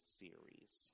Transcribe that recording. series